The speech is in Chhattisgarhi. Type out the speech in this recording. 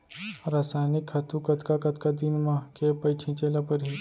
रसायनिक खातू कतका कतका दिन म, के पइत छिंचे ल परहि?